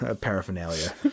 Paraphernalia